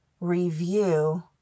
review